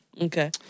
okay